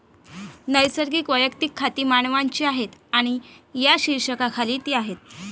नैसर्गिक वैयक्तिक खाती मानवांची आहेत आणि या शीर्षकाखाली ती आहेत